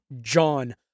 John